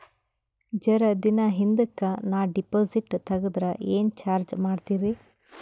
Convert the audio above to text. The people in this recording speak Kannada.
ಜರ ದಿನ ಹಿಂದಕ ನಾ ಡಿಪಾಜಿಟ್ ತಗದ್ರ ಏನ ಚಾರ್ಜ ಮಾಡ್ತೀರಿ?